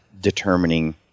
determining